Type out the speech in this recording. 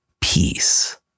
peace